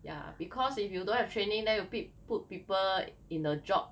ya because if you don't have training then you pe~ put people in the job